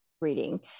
reading